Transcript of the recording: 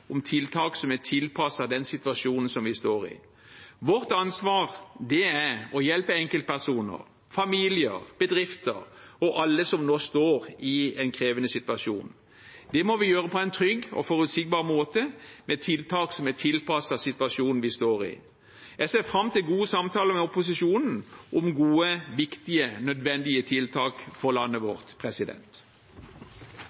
om tiltak som er tilpasset den situasjonen som vi står i. Vårt ansvar er å hjelpe enkeltpersoner, familier, bedrifter og alle som nå står i en krevende situasjon. Det må vi gjøre på en trygg og forutsigbar måte, med tiltak som er tilpasset situasjonen vi står i. Jeg ser fram til gode samtaler med opposisjonen om gode, viktige og nødvendige tiltak for landet